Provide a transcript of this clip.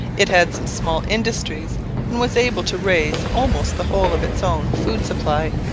it had some small industries and was able to raise almost the whole of its own food-supply.